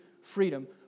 freedom